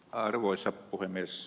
arvoisa puhemies